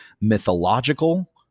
mythological